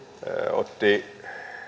otti